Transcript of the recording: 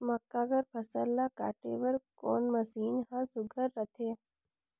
मक्का कर फसल ला काटे बर कोन मशीन ह सुघ्घर रथे?